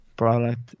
product